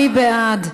מי בעד?